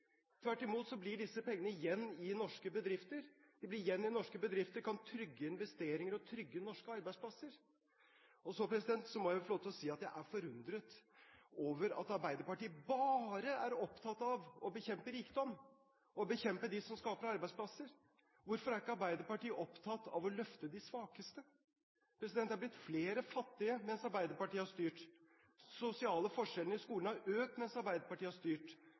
Tvert imot blir disse pengene igjen i norske bedrifter. De blir igjen i norske bedrifter og kan trygge investeringer og trygge norske arbeidsplasser. Så må jeg si at jeg er forundret over at Arbeiderpartiet bare er opptatt av å bekjempe rikdom og bekjempe dem som skaper arbeidsplasser. Hvorfor er ikke Arbeiderpartiet opptatt av å løfte de svakeste? Det er blitt flere fattige mens Arbeiderpartiet har styrt. De sosiale forskjellene i skolen har økt mens Arbeiderpartiet har styrt.